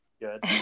good